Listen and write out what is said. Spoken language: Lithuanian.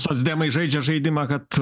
socdemai žaidžia žaidimą kad